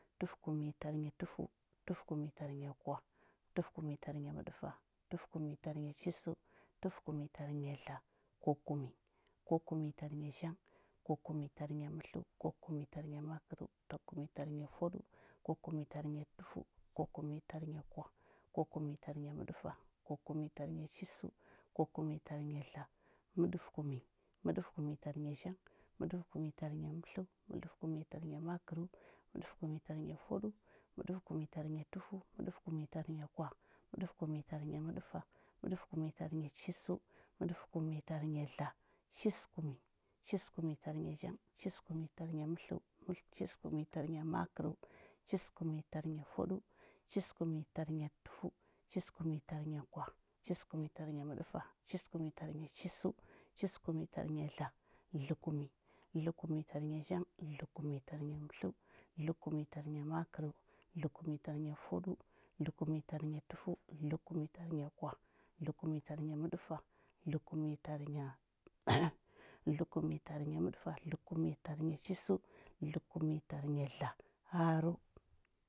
Tufəkumnyi tarnya tufəu, tufəkumnyi tarnya kwah, tufəkumnyi tarny məɗəfa, tufəkumnyi tarnya chisəu. tufəkumnyi tarnya dla, kwakumnyi. Kwakumnyi tarnya zhang, kwakumnyi tarnya mətləu, kwakumnyi tarnya makərəu, kwakumnyi tarnya tarnya fwaɗəu, kwakumnyi tarnya tufəu, kwakumnyi tarnya kwah, kwakumnyi tarnya məɗəfa, kwakumnyi tarnya chisəu, kwakumnyi tarnya dla, məɗəfəkumnyi. Məɗəfəkumnyi tarnya zhang, məɗəfəkumnyi tarnya mətləu, məɗəfəkumnyi tarnya makərəu, məɗəfəkumnyi tarnya fwaɗəu, məɗəfəkumnyi tarnya tufəu, məɗəfəkumnyi tarnya kwah, məɗəfəkumnyi tarnya məɗəfa, məɗəfəkumnyi tarnya chisəu, məɗəfəkumnyi tarnya dla, chisəkumnyi. Chisəkumnyi tarnya zhang, chisəkumnyi tarnya mətləu, chisəkumnyi tarnya makərəu, chisəkumnyi tarnya fwaɗəu, chisəkumnyi tarnya tufəu, chisəkumnyi tarnya kwah, chisəkumnyi tarnya məɗəfa, chisəkumnyi arnya chisəu, chisəkumnyi tarnya dla, dləkumnyi. Dləkumnyi tarnya zhang, dləkumnyi tarnya mətləu, dləkumnyi tarnya makərəu, dləkumnyi tarnya fwaɗəu, dləkumnyi tarnya tufəu. dləkumnyi tarnya kwah, dləkumnyi tarnya məɗəfa, dləkumnyi tarnya- dləkumnyi tarnya məɗəfa, dləkumnyi tarnya chisəu, dləkumnyi tarnya dla, gharəu.